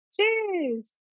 cheers